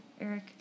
Eric